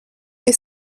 est